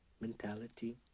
Mentality